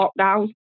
lockdown